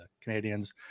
canadians